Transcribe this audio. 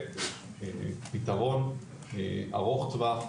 פתרון ארוך טווח,